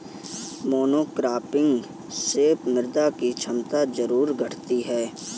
monocropping से मृदा की क्षमता जरूर घटती है